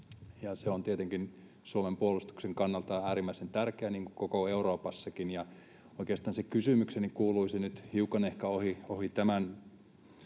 tärkeää Suomen puolustuksen kannalta niin kuin koko Euroopassakin. Oikeastaan kysymykseni kuuluisi nyt hiukan ehkä ohi tämän